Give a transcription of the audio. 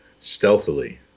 stealthily